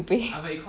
to pay